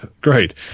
Great